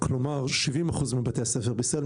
כלומר 70% בבתי הספר בישראל,